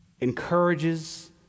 encourages